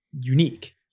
unique